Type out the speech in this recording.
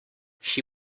she